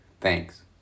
Thanks